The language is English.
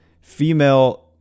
female